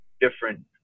different